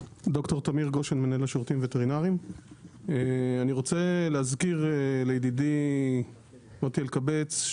אני רוצה להזכיר לידידי אלקבץ,